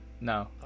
No